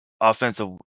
offensive